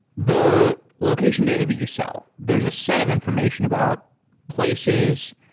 the location data the you sell, there is a set of information about places,